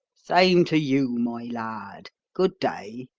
same to you, my lad. good day.